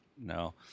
no